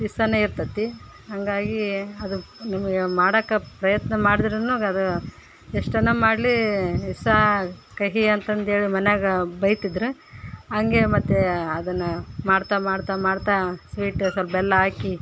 ವಿಷನೆ ಇರ್ತತಿ ಹಂಗಾಗಿ ಅದು ನಿಮಗೆ ಮಾಡೊಕೆ ಪ್ರಯತ್ನ ಮಾಡಿದ್ರು ಅದು ಎಷ್ಟಾನ ಮಾಡಲಿ ಸಾರು ಕಹಿ ಅಂತಂದೇಳಿ ಮನ್ಯಾಗೆ ಬೈತಿದ್ರು ಹಂಗೆ ಮತ್ತು ಅದನ್ನು ಮಾಡ್ತಾ ಮಾಡ್ತಾ ಮಾಡ್ತಾ ಸ್ವೀಟ್ ಸ್ವಲ್ಪ್ ಬೆಲ್ಲ ಹಾಕಿ